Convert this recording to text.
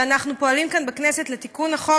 ואנחנו פועלים כאן בכנסת לתיקון החוק.